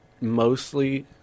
mostly